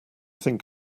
think